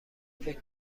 فکر